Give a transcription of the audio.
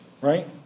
Right